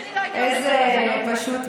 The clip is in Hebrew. פשוט,